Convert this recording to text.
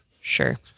Sure